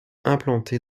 implantées